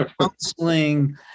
counseling